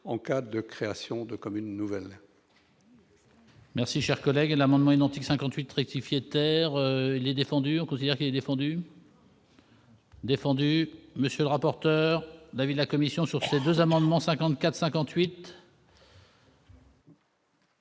en cas de création de commune nouvelle.